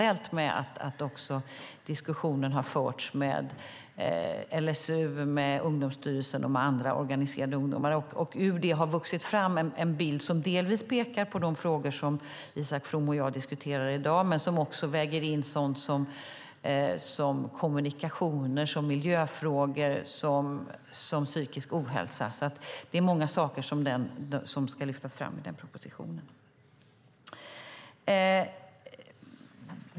Det har skett parallellt med att diskussioner förts med LSU, Ungdomsstyrelsen och andra organiserade ungdomar. Ur det har vuxit fram en bild som delvis pekar på de frågor som Isak From och jag diskuterar i dag, men där vägs också in sådant som kommunikationer, miljöfrågor och psykisk ohälsa. Det är alltså många saker som ska lyftas fram i den propositionen.